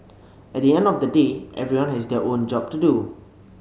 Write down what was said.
at the end of the day everyone has their own job to do